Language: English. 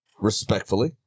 Respectfully